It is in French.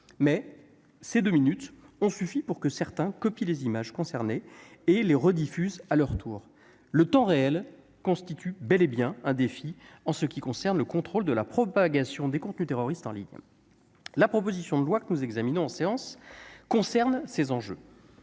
ces deux minutes ont suffi pour que certains copient les images concernées et les diffusent à leur tour. Le temps réel constitue bel et bien un défi en ce qui concerne le contrôle de la propagation des contenus terroristes en ligne. La proposition de loi que nous examinons en séance a trait à ces enjeux.